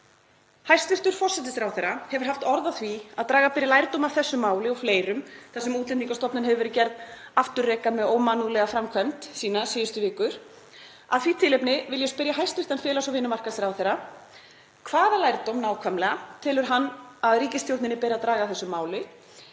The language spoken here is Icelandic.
Hæstv. forsætisráðherra hefur haft orð á því að draga beri lærdóm af þessu máli og fleirum þar sem Útlendingastofnun hefur verið gerð afturreka með ómannúðlega framkvæmd sína síðustu vikur. Af því tilefni vil ég spyrja hæstv. félags- og vinnumarkaðsráðherra: Hvaða lærdóm nákvæmlega telur hann að ríkisstjórninni beri að draga af þessu máli?